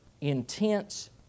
intense